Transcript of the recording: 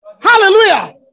hallelujah